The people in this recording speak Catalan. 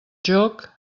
joc